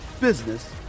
business